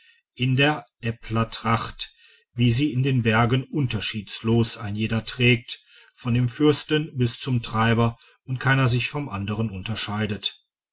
in der älpler tracht wie sie in den bergen unterschiedslos ein jeder trägt von dem fürsten bis zum treiber und keiner sich vom anderen unterscheidet